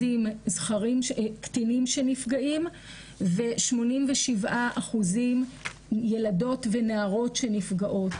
קטינים שנפגעים ו-87% ילדות ונערות שנפגעות.